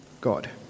God